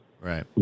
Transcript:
right